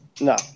No